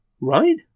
Right